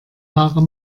haare